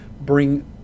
bring